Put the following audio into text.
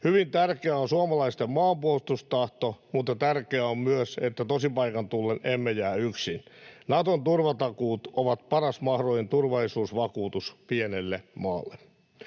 Hyvin tärkeää on suomalaisten maanpuolustustahto, mutta tärkeää on myös, että tosipaikan tullen emme jää yksin. Naton turvatakuut on paras mahdollinen turvallisuusvakuutus pienelle maalle.